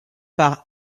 par